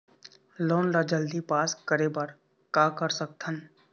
Loan ला जल्दी pass करे बर का कर सकथन?